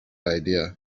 idea